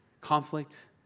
conflict